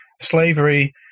Slavery